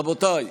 רבותיי,